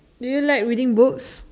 do you like reading books